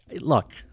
look